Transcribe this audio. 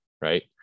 right